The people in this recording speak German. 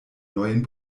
neuen